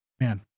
man